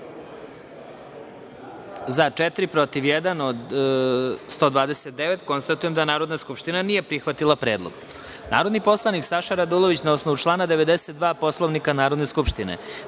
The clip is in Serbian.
narodnih poslanika. Konstatujem da Narodna skupština nije prihvatila ovaj predlog. Narodni poslanik Saša Radulović, na osnovu člana 92. Poslovnika Narodne skupštine,